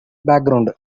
background